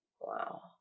Wow